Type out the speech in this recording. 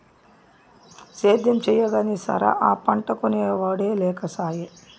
సేద్యం చెయ్యగానే సరా, ఆ పంటకొనే ఒడే లేకసాయే